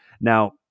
Now